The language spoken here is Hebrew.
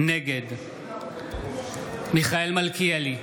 נגד מיכאל מלכיאלי,